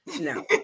No